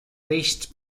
least